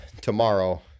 tomorrow